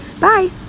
Bye